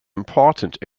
important